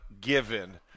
given